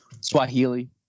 Swahili